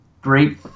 great